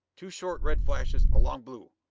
two short red flashes, a long blue.